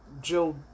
Jill